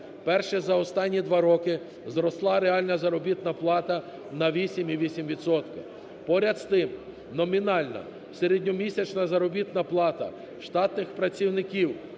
вперше, за останні два роки зросла реальна заробітна плата на 8,8 відсотки. Поряд з тим номінальна середньомісячна заробітна плата штатних працівників